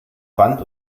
wand